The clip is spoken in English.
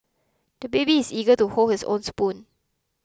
the baby is eager to hold his own spoon